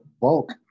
Bulk